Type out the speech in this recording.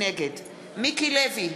נגד מיקי לוי,